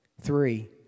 Three